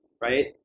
right